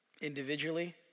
Individually